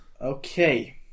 Okay